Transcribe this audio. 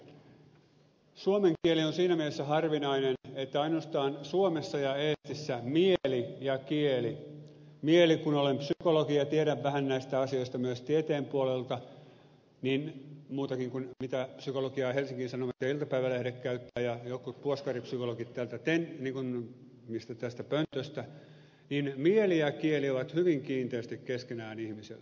suomen kieli on siinä mielessä harvinainen että ainoastaan suomessa ja eestissä mieli ja kieli mieli kun olen psykologi ja tiedän vähän näistä asioista myös tieteen puolelta muutakin kuin mitä psykologiaa helsingin sanomat ja iltapäivälehdet käyttävät ja jotkut puoskaripsykologit tästä pöntöstä ovat hyvin kiinteästi keskenään ihmisellä